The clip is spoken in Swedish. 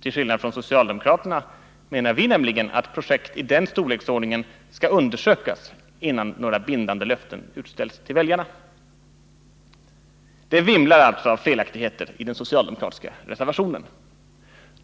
Till skillnad från socialdemokraterna menar vi nämligen att projekt i den storleksordningen skall undersökas innan några bindande löften utställs till väljarna. Det vimlar alltså av felaktigheter i den socialdemokratiska reservationen.